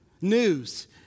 News